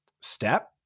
step